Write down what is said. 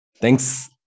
Thanks